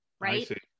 right